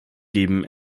geben